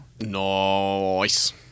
Nice